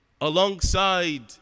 alongside